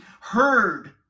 heard